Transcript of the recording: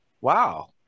Wow